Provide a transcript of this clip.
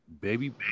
Baby